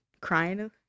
Crying